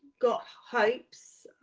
got hopes.